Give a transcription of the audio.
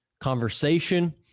conversation